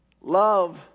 love